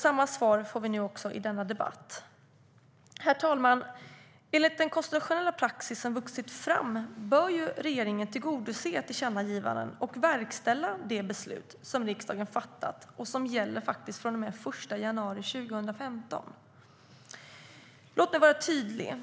Samma svar får vi nu i denna debatt. Låt mig vara tydlig.